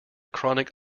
chronic